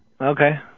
Okay